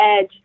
edge